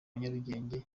nyarugenge